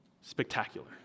spectacular